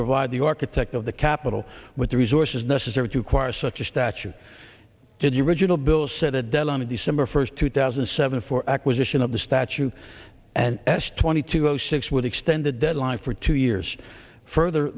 provide the architect of the capitol with the resources necessary to acquire such a statue did you originally bill set a deadline of december first two thousand and seven for acquisition of the statue and s twenty two zero six would extend the deadline for two years further